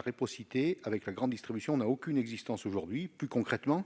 réciprocité avec la grande distribution n'a aucune existence aujourd'hui. Plus concrètement,